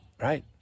right